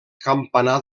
campanar